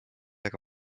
ega